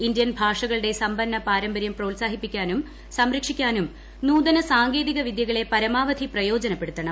Indian ഭാഷകളുടെ സമ്പന്ന പാരമ്പര്യം പ്രോത്സാഹിപ്പിക്കാനും സംരക്ഷിക്കാനും നൂതന സാങ്കേതിക വിദ്യകളെ പരമാവധി പ്രയോജനപ്പെടുത്തണം